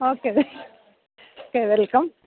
okay okay welcome